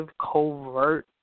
covert